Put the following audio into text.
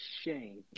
shame